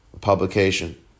publication